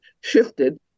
shifted